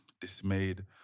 dismayed